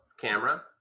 camera